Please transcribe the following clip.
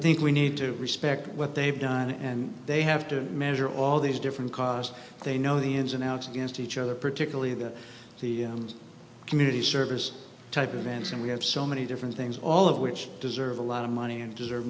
think we need to respect what they've done and they have to measure all these different cause they know the ins and outs against each other particularly the the community service type of events and we have so many different things all of which deserve a lot of money and deserve